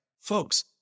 folks